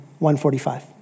145